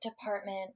department